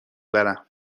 برم